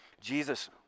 Jesus